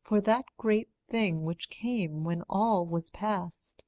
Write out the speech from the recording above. for that great thing which came when all was past,